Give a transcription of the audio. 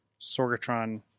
Sorgatron